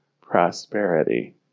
prosperity